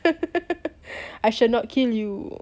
I shall not kill you